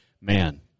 man